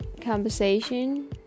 conversation